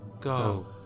Go